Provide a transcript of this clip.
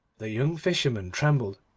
the young fisherman trembled.